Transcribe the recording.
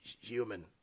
Human